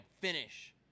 finish